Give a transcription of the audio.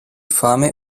fame